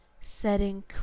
setting